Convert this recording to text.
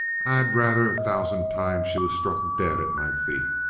i had rather a thousand times she was struck dead at my feet.